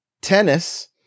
Tennis